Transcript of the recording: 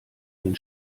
den